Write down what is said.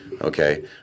Okay